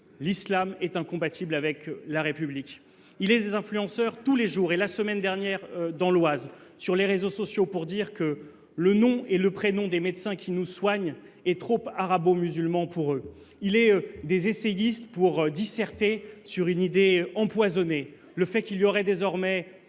l'islam est incompatible avec la République. Il est des influenceurs tous les jours et la semaine dernière dans l'Oise sur les réseaux sociaux pour dire que le nom et le prénom des médecins qui nous soignent est trop arabo-musulman pour eux. Il est des essayistes pour discerter sur une idée empoisonnée le fait qu'il y aurait désormais